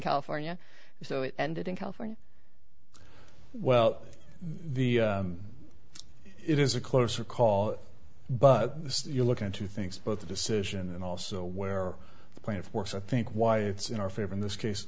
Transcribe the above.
california so it ended in california well the it is a closer call but you look into things both the decision and also where the plaintiff works i think why it's in our favor in this case